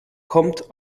kommt